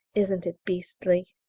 isn't it beastly?